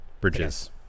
Bridges